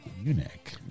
Munich